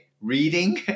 reading